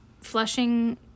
Flushing